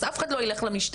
אז אף אחד לא ילך למשטרה.